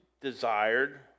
desired